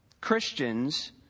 Christians